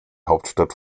hauptstadt